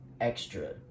extra